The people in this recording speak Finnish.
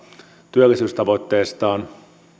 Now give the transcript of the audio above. työllisyystavoitteestaan ja